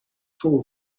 fall